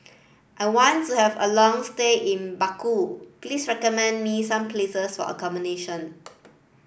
I wants have a long stay in Baku please recommend me some places for accommodation